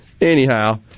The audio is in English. anyhow